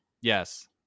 Yes